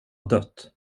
dött